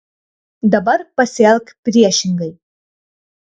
dabar pasielk priešingai